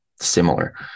similar